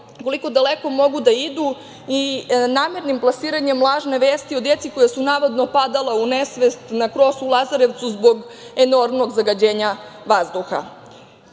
koliko daleko mogu da idu i namernim plasiranjem lažne vesti o deci koja su navodno padala u nesvest u Lazarevcu zbog enormnog zagađenja vazduha. Danas